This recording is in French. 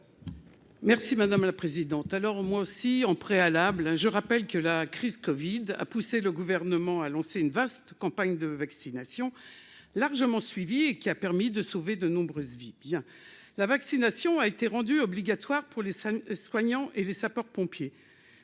Merci madame la présidente, alors moi aussi, en préalable, hein, je rappelle que la crise Covid a poussé le gouvernement à lancer une vaste campagne de vaccination largement suivie et qui a permis de sauver de nombreuses vies bien la vaccination a été rendue obligatoire pour les soignants et les sapeurs pompiers,